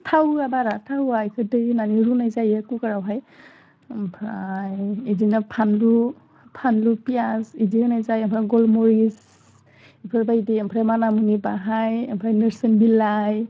थाव होया बारा थाव होया इखौ दै होनानै रुनाय जायो खुखारावहाय ओमफ्राय इदिनो फानलु फानलु फियाज इदि होनाय जायो ओमफाय गलमुरिज इफोरबायदि ओमफ्राय मानामुनि बाहाय ओमफाय नोरिसिं बिलाइ